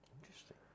Interesting